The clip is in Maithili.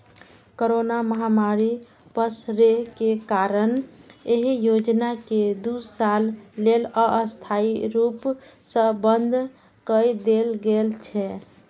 कोरोना महामारी पसरै के कारण एहि योजना कें दू साल लेल अस्थायी रूप सं बंद कए देल गेल छै